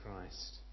Christ